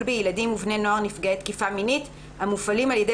בילדים ובני נוער נפגעי תקיפה מינית המופעלים על ידי